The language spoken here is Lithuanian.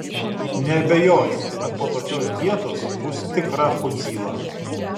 nebejoju kad po tokios dietos bus tikra chudzyla